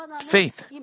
faith